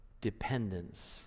dependence